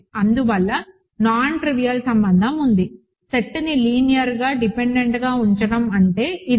అందువల్ల నాన్ట్రివియల్ సంబంధం ఉంది సెట్ని లీనియర్గా డిపెండెంట్గా ఉంచడం అంటే ఇదే